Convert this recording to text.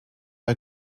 are